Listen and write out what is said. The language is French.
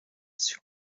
sur